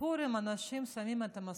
בפורים אנשים שמים את המסכות,